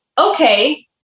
okay